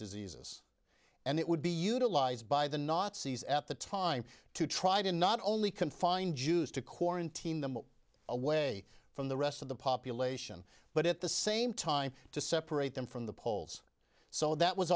diseases and it would be utilized by the nazis at the time to try to not only confined jews to quarantine them away from the rest of the population but at the same time to separate them from the poles so that was